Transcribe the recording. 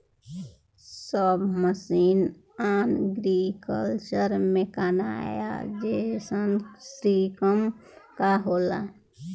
सब mission on agriculture mechanisation scheme का होला?